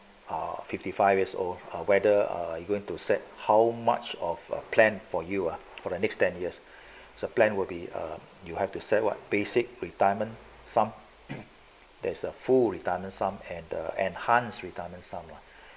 ah fifty five years old or whether are you going to set how much of a plan for you ah for the next ten years so plan will be err you'll have to set what basic retirement sum there's a full retirement sum at the enhanced retirement sum lah